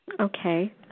Okay